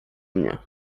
mnie